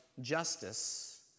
justice